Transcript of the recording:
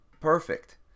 perfect